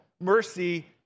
mercy